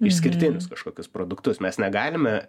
išskirtinius kažkokius produktus mes negalime